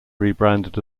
rebranded